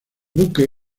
buque